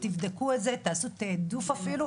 תבדקו את זה, תעשו תעדוף אפילו.